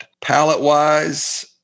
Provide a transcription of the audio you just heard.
Palette-wise